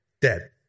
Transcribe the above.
Dead